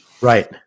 Right